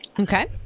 Okay